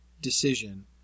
decision